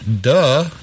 Duh